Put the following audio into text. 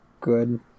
good